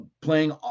playing